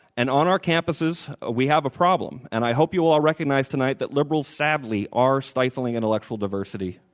and on our campuses, we have a problem. and i hope you will all recognize tonight that liberals sadly are stifling intellectual diversity.